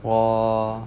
!wah!